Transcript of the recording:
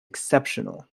exceptional